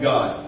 God